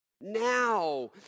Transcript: Now